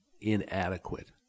inadequate